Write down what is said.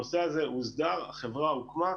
הנושא הזה הוסדר, החברה הוקמה,